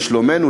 לשלומנו,